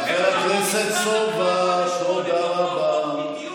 חבר הכנסת סובה, תודה רבה.